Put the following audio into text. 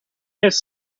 his